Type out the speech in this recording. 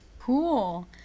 cool